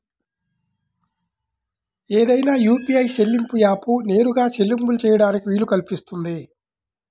ఏదైనా యూ.పీ.ఐ చెల్లింపు యాప్కు నేరుగా చెల్లింపులు చేయడానికి వీలు కల్పిస్తుంది